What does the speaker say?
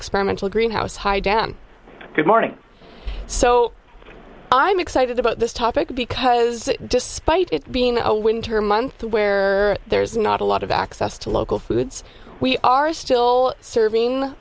experimental greenhouse hi dan good morning so i'm excited about this topic because despite it being a winter month where there's not a lot of access to local foods we are still serving